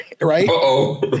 Right